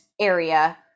area